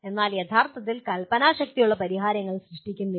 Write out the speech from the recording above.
എന്നാൽ യഥാർത്ഥത്തിൽ കൽപനാശക്തിയുളള പരിഹാരങ്ങൾ സൃഷ്ടിക്കുന്നില്ല